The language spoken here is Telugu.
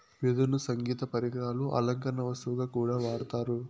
వెదురును సంగీత పరికరాలు, అలంకరణ వస్తువుగా కూడా వాడతారు